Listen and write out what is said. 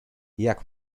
jak